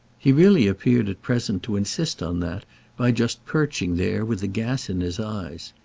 he really appeared at present to insist on that by just perching there with the gas in his eyes.